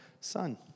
son